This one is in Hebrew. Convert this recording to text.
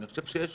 אני חושב שיש